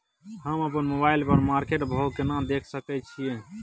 हम अपन मोबाइल पर मार्केट भाव केना देख सकै छिये?